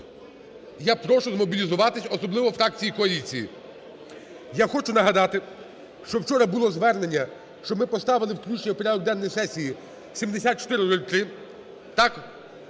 Я прошу змобілізуватись, особливо фракції коаліції. Я хочу нагадати, що вчора було звернення, щоб ми поставили включення в порядок денний сесії 7403.